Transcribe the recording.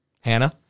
Hannah